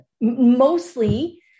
mostly